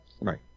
right